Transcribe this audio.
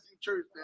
church